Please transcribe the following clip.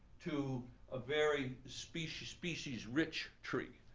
to a very species-rich species-rich tree.